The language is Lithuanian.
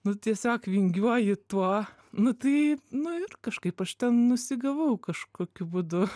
nu tiesiog vingiuoji tuo nu tai nu ir kažkaip aš ten nusigavau kažkokiu būdu